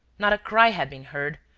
not a cry had been heard,